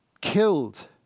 killed